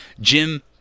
Jim